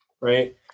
right